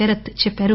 శరత్ చెప్పారు